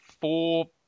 four